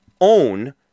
own